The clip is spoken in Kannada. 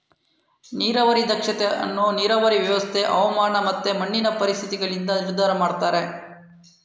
ನೀರಾವರಿ ದಕ್ಷತೆ ಅನ್ನು ನೀರಾವರಿ ವ್ಯವಸ್ಥೆ, ಹವಾಮಾನ ಮತ್ತೆ ಮಣ್ಣಿನ ಪರಿಸ್ಥಿತಿಗಳಿಂದ ನಿರ್ಧಾರ ಮಾಡ್ತಾರೆ